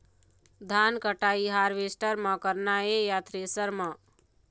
धान कटाई हारवेस्टर म करना ये या थ्रेसर म?